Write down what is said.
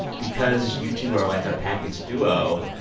because you two are, like, a package duo,